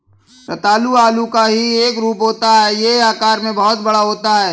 रतालू आलू का ही एक रूप होता है यह आकार में बहुत बड़ा होता है